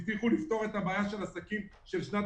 הבטיחו לפתור את הבעיה של העסקים שבשנת